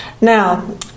Now